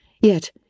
Yet